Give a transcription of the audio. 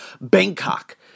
Bangkok